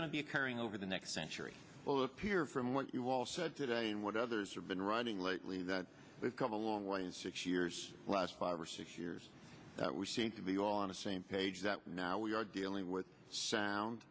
going to be occurring over the next century will appear from what you all said today and what others have been writing lately that we've come a long way in six years last five or six years that we seem to be on the same page that we now we are dealing with sound